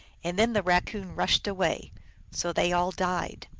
and then the raccoon rushed away so they all died.